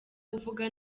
uvuga